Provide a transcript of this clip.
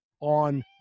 on